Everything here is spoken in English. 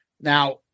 Now